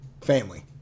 Family